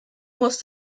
muss